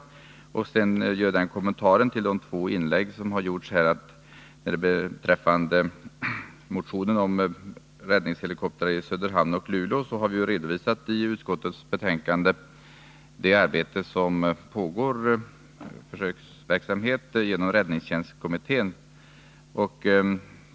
Sedan vill jag göra några kommentarer till de två tidigare inläggen. Beträffande motionen om räddningshelikoptrar i Luleå och Söderhamn har vi i utskottsbetänkandet redovisat att det pågår en försöksverksamhet genom räddningstjänstkommittén.